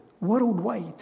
worldwide